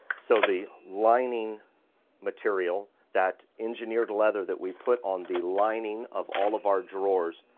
so the lining material, that engineered leather that we put on the lining of all of our drawers,